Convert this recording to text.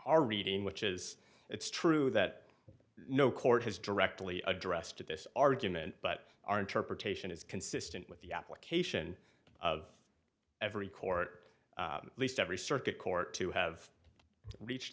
our reading which is it's true that no court has directly addressed to this argument but our interpretation is consistent with the application of every court least every circuit court to have reached